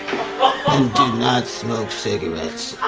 ah um do not smoke cigarettes.